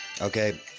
okay